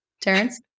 terrence